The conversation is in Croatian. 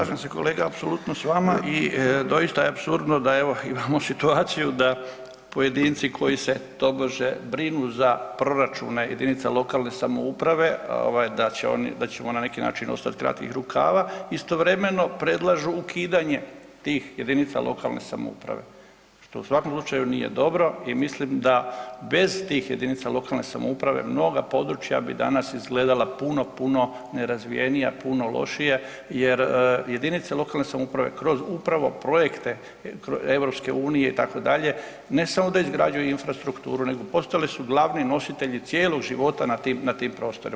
Slažem se kolega apsolutno s vama i doista je apsurdno da evo imamo situaciju da pojedinci koji se tobože brinu za proračune jedinica lokalne samouprave, da ćemo na neki način ostati kratkih rukava, istovremeno predlažu ukidanje tih jedinica lokalne samouprave što u svakom slučaju nije dobro i mislim da bez tih jedinica lokalne samouprave mnoga područja bi danas izgledala puno, puno nerazvijenija, puno lošije jer jedinice lokalne samouprave kroz upravo projekte EU itd., ne samo da izgrađuju infrastrukturu nego postali su glavni nositelji cijelog života na tim prostorima.